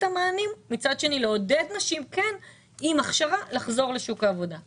המענים ומצד שני לעודד נשים עם הכשרה לחזור לשוק העבודה.